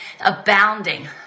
abounding